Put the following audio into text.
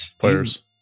players